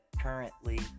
currently